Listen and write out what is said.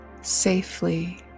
safely